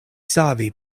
savi